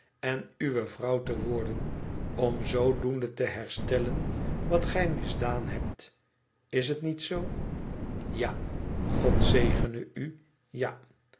en uwe vrouw te worden om zoodoende te herstellen wat gij misdaan hebt is het niet zoo ja god zegene u ja